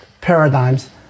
paradigms